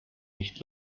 nicht